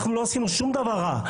אנחנו לא עשינו שום דבר רע.